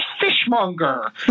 fishmonger